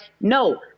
no